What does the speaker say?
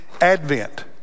Advent